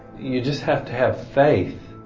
you just have to have faith